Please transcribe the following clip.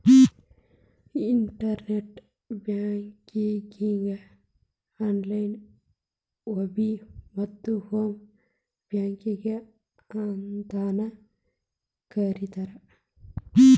internet ಬ್ಯಾಂಕಿಂಗಗೆ online web ಮತ್ತ home banking ಅಂತಾನೂ ಕರಿತಾರ